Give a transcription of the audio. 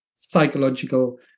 psychological